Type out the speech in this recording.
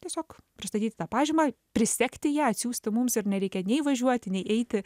tiesiog pristatyti tą pažymą prisegti ją atsiųsti mums ir nereikia nei važiuoti nei eiti